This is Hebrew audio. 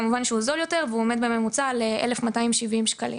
כמובן שהוא זול יותר והוא עומד על ממוצע של כ-1,270 ₪.